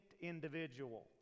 individual